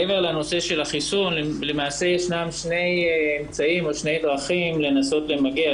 מעבר לנושא של החיסון למעשה ישנם שני אמצעים או שתי דרכים לנסות למגר,